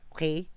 Okay